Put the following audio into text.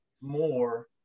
more